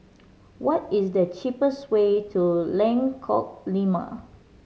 what is the cheapest way to Lengkok Lima